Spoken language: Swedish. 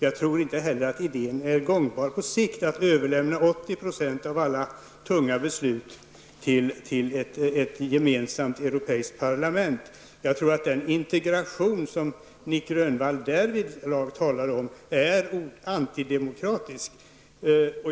Jag tror inte heller att idén att överlämna 80 % av alla tunga beslut till ett gemensamt europeiskt parlament är gångbar på sikt. Jag tror att den integration som Nic Grönvall därvidlag talar om är antidemokratisk.